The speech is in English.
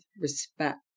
respect